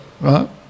right